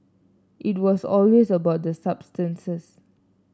it was always about the substances